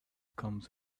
comes